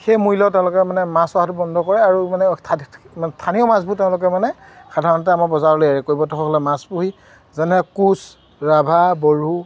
সেই মূল্য তেওঁলোকে মানে মাছ অহাটো বন্ধ কৰে আৰু মানে মানে স্থানীয় মাছবোৰ তেওঁলোকে মানে সাধাৰণতে আমাৰ বজাৰলৈ হেৰি কৰিবলৈ মাছ পুহি যেনে কোচ ৰাভা বড়ো